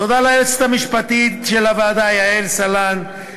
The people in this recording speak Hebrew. תודה ליועצת המשפטית של הוועדה יעל סלנט.